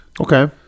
Okay